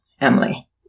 Emily